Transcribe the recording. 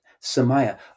samaya